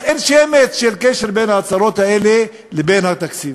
אין שמץ של קשר בין ההצהרות לבין התקציב.